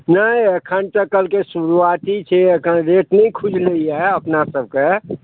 नहि एखनि तऽ कहलकै शुरुआती छै एखनि रेट नहि खुजलैए अपनासभके